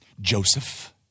Joseph